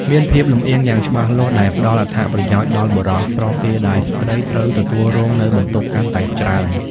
មានភាពលម្អៀងយ៉ាងច្បាស់លាស់ដែលផ្ដល់អត្ថប្រយោជន៍ដល់បុរស ស្របពេលដែលស្ត្រីត្រូវទទួលរងនូវបន្ទុកកាន់តែច្រើន។